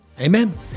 Amen